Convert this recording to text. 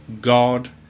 God